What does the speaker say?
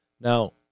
Now